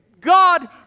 God